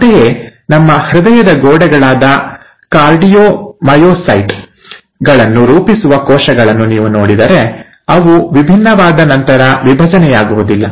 ಅಂತೆಯೇ ನಮ್ಮ ಹೃದಯದ ಗೋಡೆಗಳಾದ ಕಾರ್ಡಿಯೋಮಯೊಸೈಟ್ ಗಳನ್ನು ರೂಪಿಸುವ ಕೋಶಗಳನ್ನು ನೀವು ನೋಡಿದರೆ ಅವು ವಿಭಿನ್ನವಾದ ನಂತರ ವಿಭಜನೆಯಾಗುವುದಿಲ್ಲ